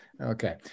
okay